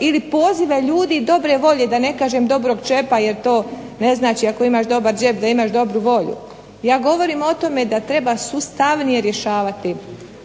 ili pozive ljudi dobre volje, da ne kažem dobrog džepa jer to ne znači ako imaš dobar džep da imaš dobru volju. Ja govorim o tome da treba sustavnije rješavati,